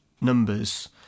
numbers